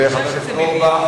חבר הכנסת אורבך?